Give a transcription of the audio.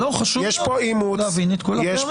יש כאן עימות,